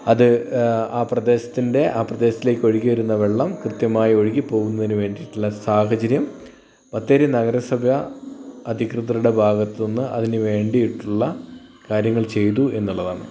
അത് ആ പ്രദേശത്തിന്റെ ആ പ്രദേശത്തിലേക്ക് ഒഴുകി വരുന്ന വെള്ളം കൃത്യമായി ഒഴുകി പോകുന്നതിനു വേണ്ടിയിട്ടുള്ള സാഹചര്യം ബത്തേരി നഗരസഭ അധികൃതരുടെ ഭാഗത്തു നിന്ന് അതിനു വേണ്ടിയിട്ടുള്ള കാര്യങ്ങൾ ചെയ്തു എന്നുള്ളതാണ്